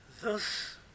Thus